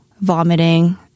vomiting